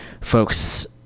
folks